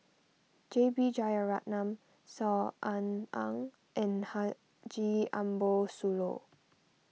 J B Jeyaretnam Saw Ean Ang and Haji Ambo Sooloh